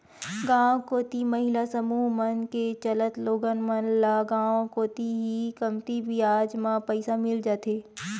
गांव कोती महिला समूह मन के चलत लोगन मन ल गांव कोती ही कमती बियाज म पइसा मिल जाथे